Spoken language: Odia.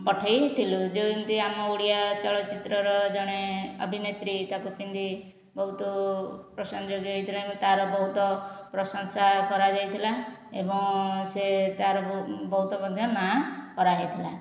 ପଠାଇଥିଲୁ ଯେଉଁ ଏମିତି ଆମ ଓଡ଼ିଆ ଚଳଚ୍ଚିତ୍ରର ଜଣେ ଅଭିନେତ୍ରୀ ତାକୁ ପିନ୍ଧି ବହୁତ ପ୍ରଶଂସା ଯୋଗ୍ୟ ହୋଇଥିଲା ତା'ର ବହୁତ ପ୍ରଶଂସା କରାଯାଇଥିଲା ଏବଂ ସେ ତା'ର ବହୁତ ମଧ୍ୟ ନାଁ କରାହୋଇଥିଲା